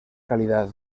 calidad